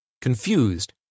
Confused